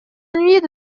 ennuyeux